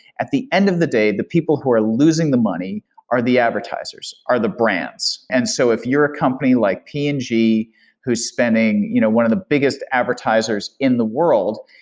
at the end of the day, the people who are losing the money are the advertisers, are the brands. and so if you're a company like p and g who's spending you know one of the biggest advertisers in the world,